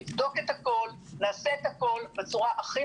נבדוק את הכול ונעשה את הכול בצורה הכי